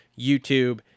youtube